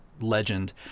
legend